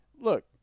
Look